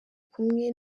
kumwe